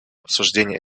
обсуждения